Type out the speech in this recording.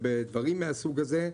ובדברים מהסוג הזה,